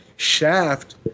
Shaft